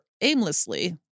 aimlessly